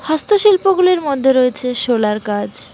হস্তশিল্পগুলির মধ্যে রয়েছে সোলার কাজ